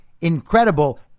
incredible